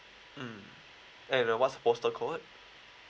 mm and what's the postal code